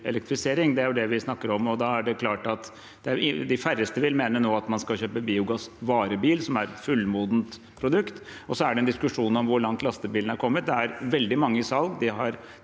Det er det vi snakker om. Da er det klart at de færreste nå vil mene at man skal kjøpe biogassvarebil, som er et fullmodent produkt. Så er det en diskusjon om hvor langt lastebilene har kommet. Det er veldig mange i salg.